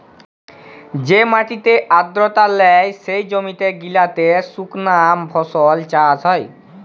যে মাটিতে আদ্রতা লেই, সে জমি গিলাতে সুকনা ফসল চাষ হ্যয়